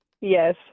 Yes